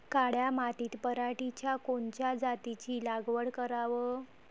काळ्या मातीत पराटीच्या कोनच्या जातीची लागवड कराव?